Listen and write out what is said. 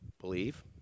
Believe